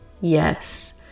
Yes